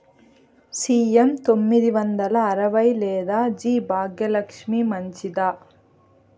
CM తొమ్మిది వందల అరవై లేదా జి భాగ్యలక్ష్మి మంచిదా?